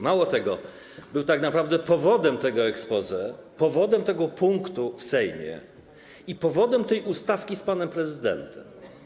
Mało tego, był tak naprawdę powodem tego exposé, powodem tego punktu w Sejmie i powodem tej ustawki z panem prezydentem.